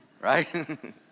right